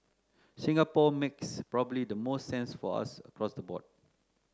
Singapore makes probably the most sense for us across the board